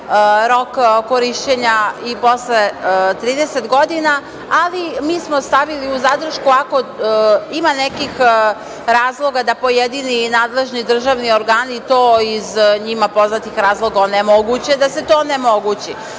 rok korišćenja i posle 30 godina, ali mi smo stavili u zadršku ako ima nekih razloga da pojedini nadležni državni organi to, iz njima poznatih razloga, onemoguće da se to onemogući.